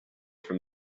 from